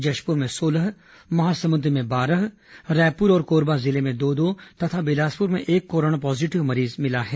जशपुर में सोलह महासमुंद में बारह रायपुर और कोरबा जिले में दो दो तथा बिलासपुर में एक कोरोना पॉजीटिव मरीज मिला है